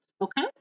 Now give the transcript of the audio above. okay